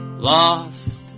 Lost